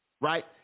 right